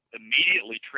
immediately